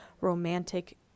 romantic